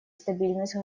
стабильность